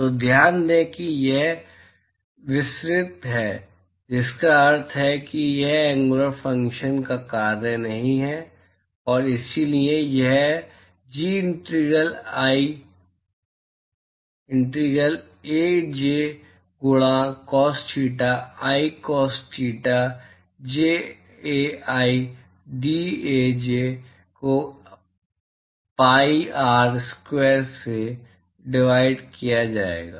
तो ध्यान दें कि यह विसरित है जिसका अर्थ है कि यह एंग्युलर फंक्शन का कार्य नहीं है और इसलिए यह G integral AI integral A J गुणा cos theta I cos theta ZAI DAJ को पाई आर स्क्वायर से डिवाइड किया जाएगा